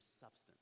substance